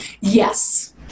Yes